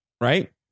right